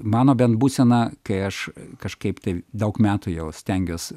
mano bent būsena kai aš kažkaip taip daug metų jau stengiuos